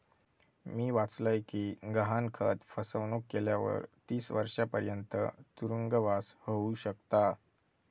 मी वाचलय कि गहाणखत फसवणुक केल्यावर तीस वर्षांपर्यंत तुरुंगवास होउ शकता